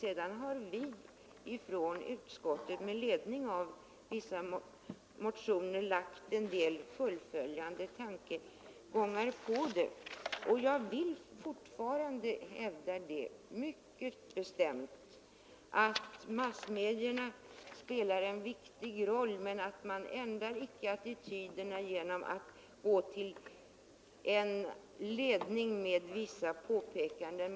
Vi har sedan från utskottet med ledning av vissa motioner anlagt en del fullföljande synpunkter på detta. Jag vill fortfarande mycket bestämt hävda att massmedierna spelar en viktig roll, men man ändrar icke attityderna genom att gå till en ledning med vissa påpekanden.